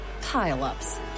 pile-ups